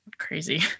Crazy